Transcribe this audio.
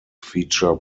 feature